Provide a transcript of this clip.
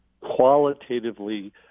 qualitatively